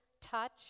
touch